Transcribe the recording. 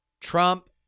Trump